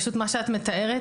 פשוט מה שאת מתארת,